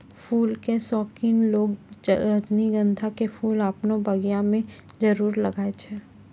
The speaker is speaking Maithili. फूल के शौकिन लोगॅ रजनीगंधा के फूल आपनो बगिया मॅ जरूर लगाय छै